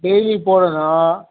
daily போடணும்